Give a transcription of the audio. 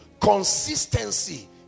consistency